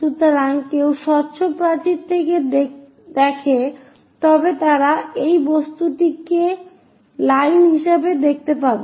সুতরাং কেউ স্বচ্ছ প্রাচীর থেকে দেখে তবে তারা এই বস্তুটিকে লাইন হিসাবে দেখতে পাবে